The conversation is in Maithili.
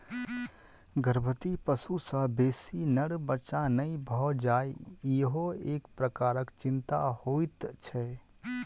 गर्भवती पशु सॅ बेसी नर बच्चा नै भ जाय ईहो एक प्रकारक चिंता होइत छै